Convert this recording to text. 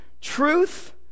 truth